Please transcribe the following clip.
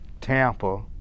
Tampa